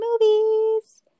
movies